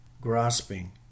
Grasping